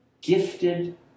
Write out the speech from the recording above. gifted